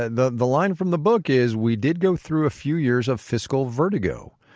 and the the line from the book is we did go through a few years of fiscal vertigo,